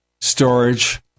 storage